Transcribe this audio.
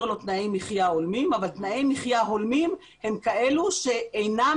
לו תנאי מחיה הולמים אבל תנאי מחיה הולמים הם כאלה שאינם